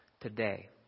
today